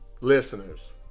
listeners